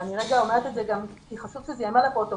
אבל אני אומרת את זה כי חשוב שזה ייאמר לפרוטוקול